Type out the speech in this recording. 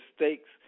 mistakes